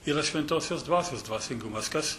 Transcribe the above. yra šventosios dvasios dvasingumas kas